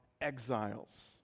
exiles